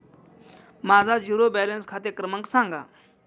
माझा zero balance खाते क्रमांक सांगा